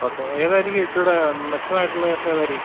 okay ഏതായാലും ഈയെച്ചൂടെ മെച്ചമായിട്ടുള്ള ബോഫെ ഏതായിരിക്കും